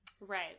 Right